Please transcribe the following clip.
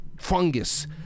fungus